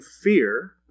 fear